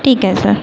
ठीक आहे सर